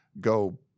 go –